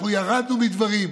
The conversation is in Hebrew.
אנחנו ירדנו מדברים,